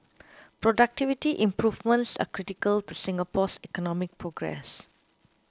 productivity improvements are critical to Singapore's economic progress